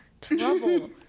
trouble